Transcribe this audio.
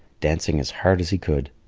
dancing as hard as he could.